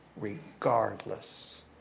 regardless